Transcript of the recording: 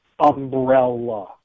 umbrella